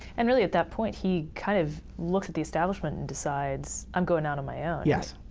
and really at that point he kind of looks at the establishment and decides, i'm going out on my own. yes.